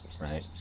right